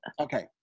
okay